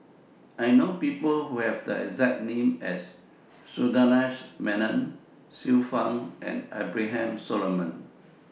I know People Who Have The exact name as Sundaresh Menon Xiu Fang and Abraham Solomon